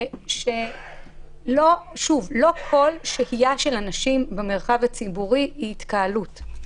היא שלא כל שהייה של אנשים במרחב הציבורי היא התקהלות.